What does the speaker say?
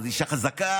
את אישה חזקה,